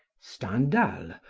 stendhal,